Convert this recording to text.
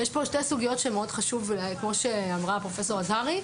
יש פה שתי סוגיות שמאוד חשוב להגיד כמו שאמרה פרופ' אזהרי.